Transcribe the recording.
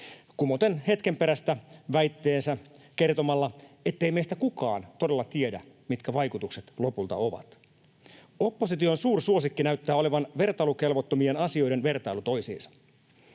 kumoten hetken perästä väitteensä kertomalla, ettei meistä kukaan todella tiedä, mitkä vaikutukset lopulta ovat. Opposition suursuosikki näyttää olevan vertailukelvottomien asioiden vertailu toisiinsa.